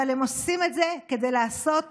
אבל הם עושים את זה כדי לעשות טוב.